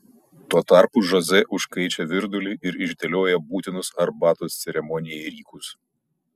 tuo tarpu žoze užkaičia virdulį ir išdėlioja būtinus arbatos ceremonijai rykus